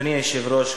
אדוני היושב-ראש,